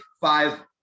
five